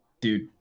dude